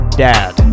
dad